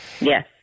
yes